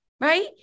right